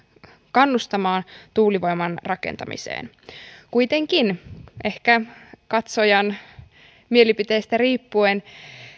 kannustamaan tuulivoiman rakentamiseen kuitenkin ehkä katsojan mielipiteistä riippuen